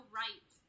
right